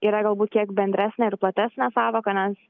yra galbūt kiek bendresnė ir platesnė sąvoka nes